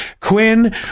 quinn